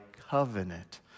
covenant